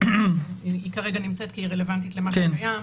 היא כרגע נמצאת כי היא רלוונטית למה שהיה,